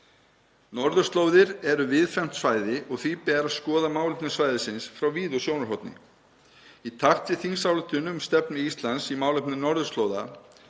Norðurslóðir eru víðfeðmt svæði og því ber að skoða málefni svæðisins frá víðu sjónarhorni. Í takt við þingsályktun um stefnu Íslands í málefnum norðurslóða